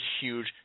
huge